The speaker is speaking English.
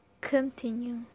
continue